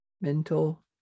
mental